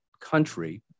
country